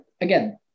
again